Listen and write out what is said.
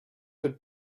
had